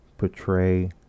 portray